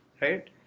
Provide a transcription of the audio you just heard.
right